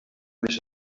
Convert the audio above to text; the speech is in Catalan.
més